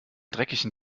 dreckigen